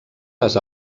les